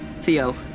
Theo